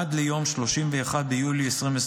עד ליום 31 ביולי 2024,